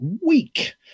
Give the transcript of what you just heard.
week